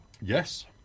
Yes